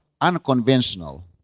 unconventional